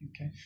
Okay